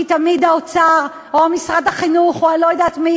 כי תמיד האוצר או משרד החינוך או אני לא יודעת מי